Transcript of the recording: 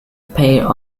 pair